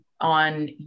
on